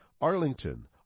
Arlington